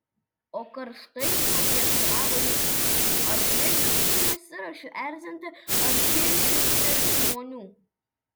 o karštai paprieštaravo jis aš visiškai nesiruošiu erzinti ar kiršinti žmonių